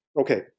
Okay